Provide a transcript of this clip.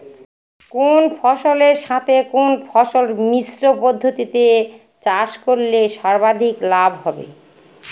কোন ফসলের সাথে কোন ফসল মিশ্র পদ্ধতিতে চাষ করলে সর্বাধিক লাভ হবে?